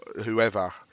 whoever